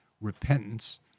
repentance